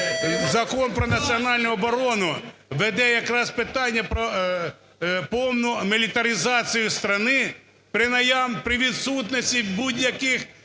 Закон про національну оборону веде якраз питання про повну мілітаризацію страны при відсутності будь-яких